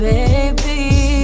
Baby